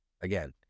again